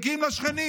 הם מגיעים לשכנים,